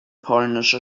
polnische